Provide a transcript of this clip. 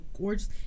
gorgeous